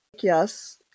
Yes